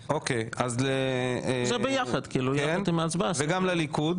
אוקיי, אז כן וגם לליכוד